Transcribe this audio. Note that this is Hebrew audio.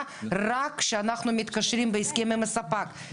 רק כשאנחנו מתקשרים בהסכם עם הספק.